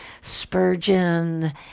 Spurgeon